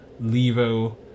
Levo